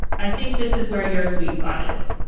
i think this is where your sweet spot is.